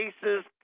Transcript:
cases